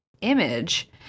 image